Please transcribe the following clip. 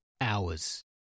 hours